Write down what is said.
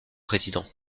président